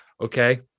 okay